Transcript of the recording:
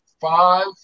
five